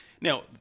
Now